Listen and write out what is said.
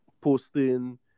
posting